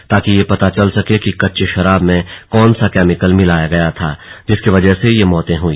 ताकि ये पता चल सके कि कच्ची शराब में कौन सा केमिकल मिलाया गया था जिसकी वजह से ये मौते हुई